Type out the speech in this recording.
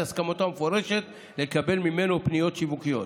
הסכמתו המפורשת לקבל ממנו פניות שיווקיות.